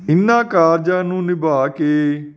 ਇਹਨਾਂ ਕਾਰਜਾਂ ਨੂੰ ਨਿਭਾ ਕੇ